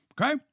Okay